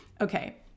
Okay